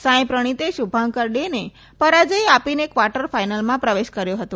સાંઈપ્રણિતે શુભાંકર ડેને પરાજય આપીને ક્વાર્ટર ફાઈનલમાં પ્રવેશ કર્યો ફતો